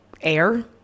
air